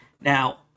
Now